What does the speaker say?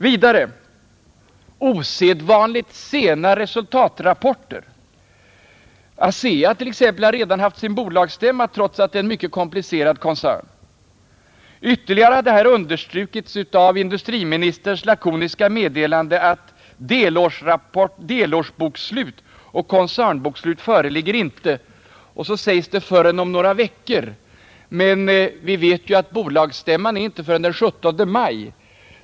Vidare förekommer osedvanligt sena resultatrapporter. ASEA, t.ex., har redan haft sin bolagsstämma, trots att det är en mycket komplicerad koncern. Ytterligare har det här understrukits av industriministerns lakoniska meddelande att delårsbokslut och koncernbokslut inte föreligger, som det sägs, förrän om några veckor. Men vi vet ju att bolagsstämman inte hålls förrän den 17 maj.